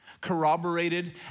corroborated